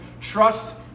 trust